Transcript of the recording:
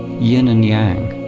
yin and yang.